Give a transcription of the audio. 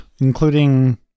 including